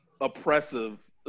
oppressive